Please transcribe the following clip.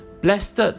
Blessed